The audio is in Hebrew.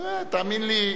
תאמין לי,